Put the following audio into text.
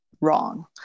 wrong